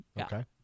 Okay